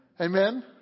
Amen